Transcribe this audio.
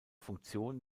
funktion